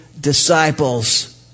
disciples